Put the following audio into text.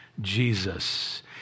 Jesus